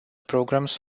programs